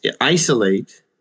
isolate